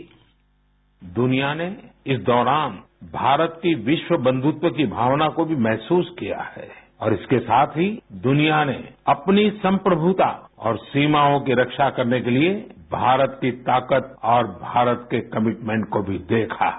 bite दुनिया ने इस दौरान भारत की विश्व बंधुत्व की भावना को भी महसूस किया है और इसके साथ ही दुनिया ने अपनी संप्रभुता और सीमाओं की रक्षा करने के लिए भारत की ताकत और भारत के कमिटमेंट को भी देखा है